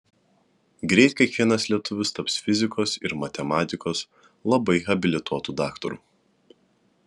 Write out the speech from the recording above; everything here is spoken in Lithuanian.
greit kiekvienas lietuvis taps fizikos ir matematikos labai habilituotu daktaru